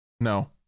no